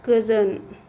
गोजोन